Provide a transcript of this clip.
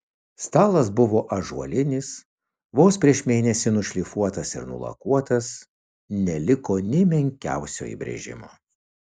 stalas buvo ąžuolinis vos prieš mėnesį nušlifuotas ir nulakuotas neliko nė menkiausio įbrėžimo